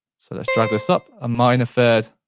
so let's drag this up, a minor third,